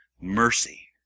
mercy